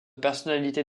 personnalités